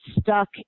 stuck